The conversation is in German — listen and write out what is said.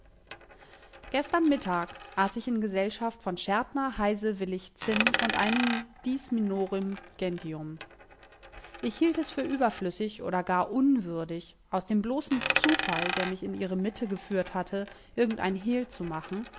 gestern mittag aß ich in gesellschaft von schärtner heise willich zinn und einigen diis minorum gentium ich hielt es für überflüssig oder gar unwürdig aus dem bloßen zufall der mich in ihre mitte geführt hatte irgendein hehl zu machen